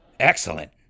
Excellent